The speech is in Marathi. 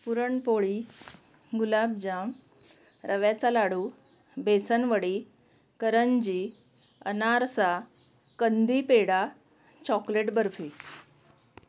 पुरणपोळी गुलाबजाम रव्याचा लाडू बेसनवडी करंजी अनारसा कंधीपेढा चॉकलेट बर्फी